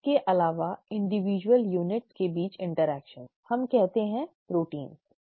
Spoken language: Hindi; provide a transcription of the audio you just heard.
इसके अलावा इन्डिविड्युअल यूनट के बीच इन्टर्ऐक्शन हम कहते हैं प्रोटीन